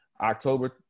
October